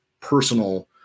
personal